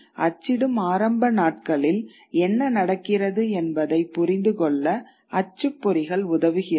அச்சிடும் ஆரம்ப நாட்களில் என்ன நடக்கிறது என்பதை புரிந்துகொள்ள அச்சுப்பொறிகள் உதவிபுரிகிறது